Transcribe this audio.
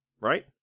Right